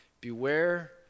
Beware